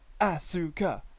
Asuka